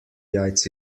jajc